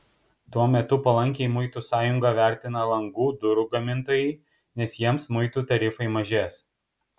tuo metu palankiai muitų sąjungą vertina langų durų gamintojai nes jiems muitų tarifai mažės